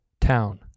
town